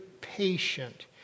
patient